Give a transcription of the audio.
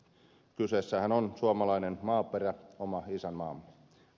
kyseessähän on suomalainen maaperä oma isänmaamme